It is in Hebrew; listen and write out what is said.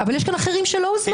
אבל יש כאן אחרים שלא הוזמנו.